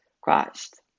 Christ